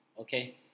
Okay